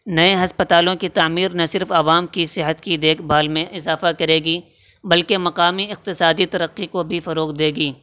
نئے ہسپتالوں کی تعمیر نہ صرف عوام کی صحت دیکھ بھال میں اضافہ کرے گی بلکہ مقامی اقتصادی ترقی کو بھی فروغ دے گی